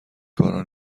کارا